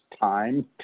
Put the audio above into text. time